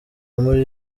muri